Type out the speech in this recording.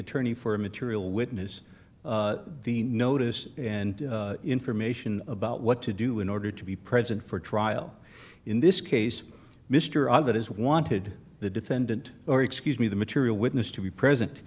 attorney for a material witness the notice and information about what to do in order to be present for trial in this case mr abbott is wanted the defendant or excuse me the material witness to be present